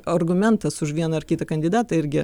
argumentas už vieną ar kitą kandidatą irgi